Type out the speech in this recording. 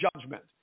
judgment